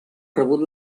rebut